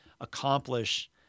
accomplish